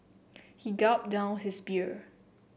he gulped down his beer